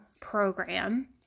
program